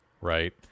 Right